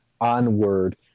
onward